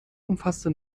umfasste